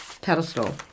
pedestal